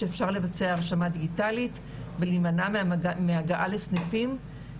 שאפשר לבצע הרשמה דיגיטלית ולהימנע מהגעה לסניפים,